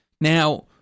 Now